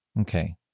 Okay